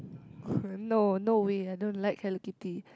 no no way I don't like Hello Kitty